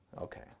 Okay